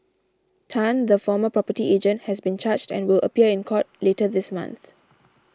Tan the former property agent has been charged and will appear in court later this month